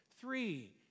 Three